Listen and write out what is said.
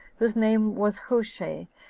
whose name was hushai,